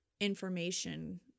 information